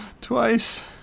Twice